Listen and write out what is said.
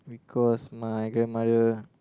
cause my grandmother